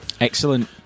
Excellent